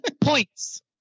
Points